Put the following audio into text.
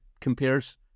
compares